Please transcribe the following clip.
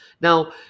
Now